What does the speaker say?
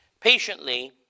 patiently